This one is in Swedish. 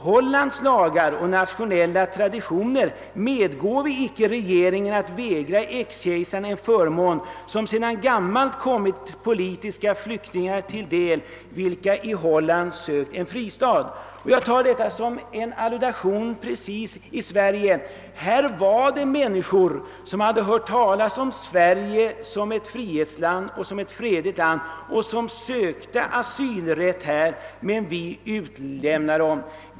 Hollands lagar och nationella traditioner medgåve icke regeringen att vägra exkejsaren en förmån som sedan gammalt kommit politiska flyktingar till del, vilka i Holland sökt en fristad. Jag betraktar detta i skenet av vad som hände i Sverige. Här var det människor vilka hört talas om Sverige som ett frihetsland och som ett fredligt land och vilka sökte asylrätt här. Men vi utlämnade dem!